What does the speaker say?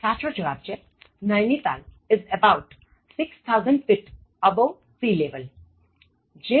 સાચો જવાબ Nainital is about 6000 feet above sea level